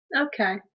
Okay